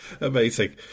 amazing